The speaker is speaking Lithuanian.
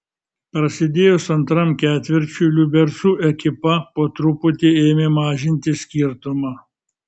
prasidėjus antram ketvirčiui liubercų ekipa po truputį ėmė mažinti skirtumą